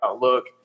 look